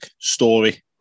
Story